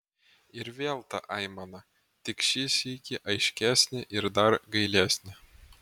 ir vėl ta aimana tik šį sykį aiškesnė ir dar gailesnė